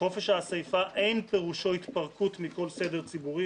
'חופש האסיפה אין פירושו התפרקות מכל סדר ציבורי